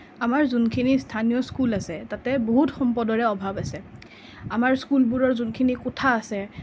আমাৰ যোনখিনি স্থানীয় স্কুল আছে তাতে বহুত সম্পদৰে অভাৱ আছে আমাৰ স্কুলবোৰৰ যোনখিনি কোঠা আছে